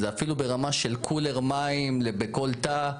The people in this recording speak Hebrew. זה אפילו ברמה של קולר מים בכל תא.